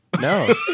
no